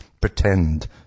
pretend